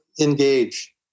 engage